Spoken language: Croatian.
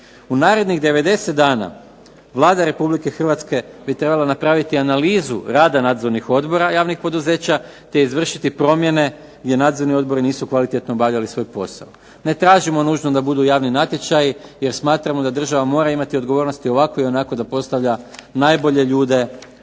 U narednih 90 dana Vlada Republike Hrvatske bi trebala napraviti analizu rada nadzornih odbora javnih poduzeća, te izvršiti promjene gdje nadzorni odbori nisu kvalitetno obavljali svoj posao. Ne tražimo nužno da budu javni natječaji, jer smatramo da država mora imati odgovornosti i ovako i onako da postavlja najbolje ljude